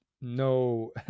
no